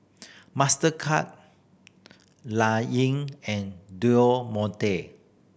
Mastercard Yi and Monte